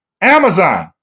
Amazon